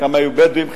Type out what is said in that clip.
חלקם היו בדואים,